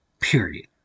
period